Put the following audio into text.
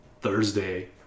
Thursday